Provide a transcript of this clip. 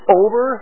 over